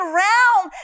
realm